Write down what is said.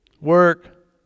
work